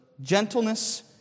gentleness